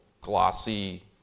glossy